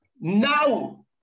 now